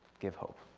give hope.